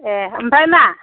ए ओमफ्राय मा